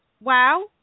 Wow